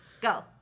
go